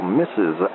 misses